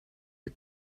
you